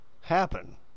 happen